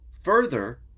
further